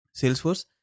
Salesforce